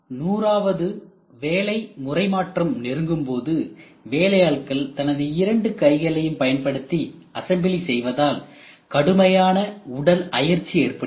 நூறாவது வேலை முறை மாற்றம் நெருங்கும்போது வேலையாட்கள் தனது இரண்டு கைகளையும் பயன்படுத்தி அசம்பிளி செய்வதால் கடுமையான உடல் அயர்ச்சி ஏற்படுகிறது